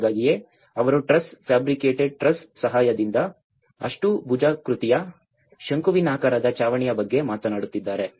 ಹಾಗಾಗಿಯೇ ಅವರು truss fabricated truss ಸಹಾಯದಿಂದ ಅಷ್ಟಭುಜಾಕೃತಿಯ ಶಂಕುವಿನಾಕಾರದ ಛಾವಣಿಯ ಬಗ್ಗೆ ಮಾತನಾಡುತ್ತಿದ್ದಾರೆ